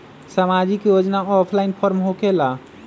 समाजिक योजना offline form होकेला?